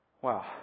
Wow